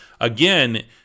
again